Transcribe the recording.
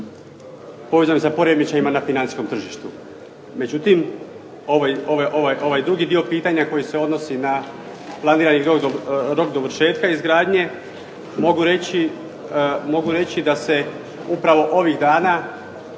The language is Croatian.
povezanim sa poremećajima na financijskom tržištu. Međutim, ovaj drugi dio pitanja koji se odnosi na planirani rok dovršetka izgradnje mogu reći da se upravo ovih dana